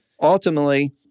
Ultimately